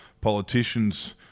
politicians